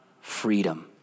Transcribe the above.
freedom